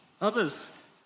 Others